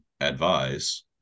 advise